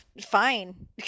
fine